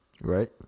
Right